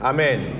Amen